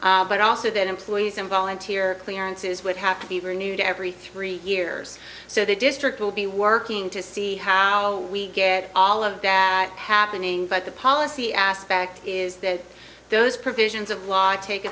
clearances but also the employees and volunteer clearances would have to be renewed every three years so the district will be working to see how we get all of that happening but the policy aspect is that those provisions of law i take